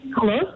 Hello